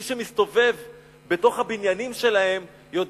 מי שמסתובב בתוך הבניינים שלהם יודע